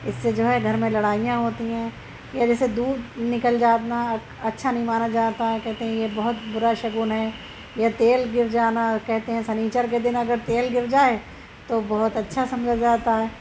اس سے جو ہے گھر میں لڑائیاں ہوتی ہیں یا جیسے دودھ نکل جادنا اچھا نہیں مانا جاتا ہے کہتے ہیں یہ بہت برا شگن ہے یہ تیل گر جانا کہتے ہیں سنیچر کے دن اگر تیل گر جائے تو بہت اچھا سمجھا جاتا ہے